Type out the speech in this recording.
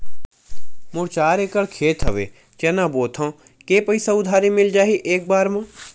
मोर चार एकड़ खेत हवे चना बोथव के पईसा उधारी मिल जाही एक बार मा?